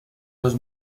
los